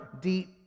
Deep